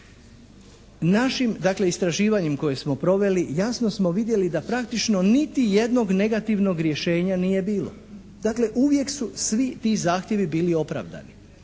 dakle istraživanjem koje smo proveli jasno smo vidjeli da praktično niti jednog negativnog rješenja nije bilo. Dakle, uvijek su svi ti zahtjevi bili opravdani